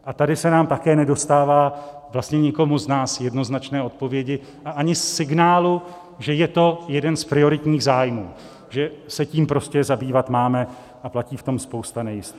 A tady se nám také nedostává, vlastně nikomu z nás, jednoznačné odpovědi a ani signálu, že je to jeden z prioritních zájmů, že se tím prostě zabývat máme, a platí v tom spousta nejistoty.